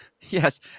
Yes